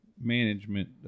management